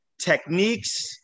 techniques